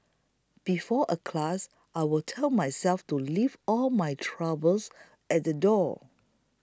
before a class I will tell myself to leave all my troubles at the door